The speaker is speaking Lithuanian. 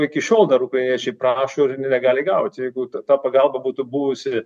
iki šiol dar ukrainiečiai prašo ir negali gaut jeigu ta pagalba būtų buvusi